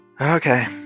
Okay